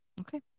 Okay